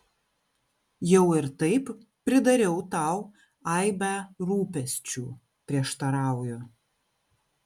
jau ir taip pridariau tau aibę rūpesčių prieštarauju